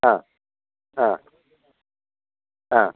ആ ആ ആ